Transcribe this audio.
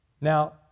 Now